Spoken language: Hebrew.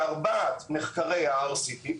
שארבעת מחקרי ה-RCT,